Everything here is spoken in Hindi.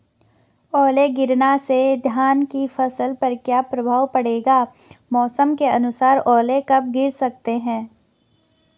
ओले गिरना से धान की फसल पर क्या प्रभाव पड़ेगा मौसम के अनुसार ओले कब गिर सकते हैं?